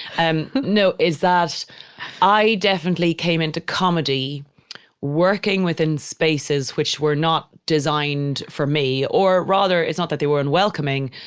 and no is that i definitely came into comedy working within spaces which were not designed for me. or rather, is not that they weren't welcoming,